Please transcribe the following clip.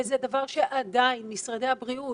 וזה דבר שעדיין משרדי הבריאות,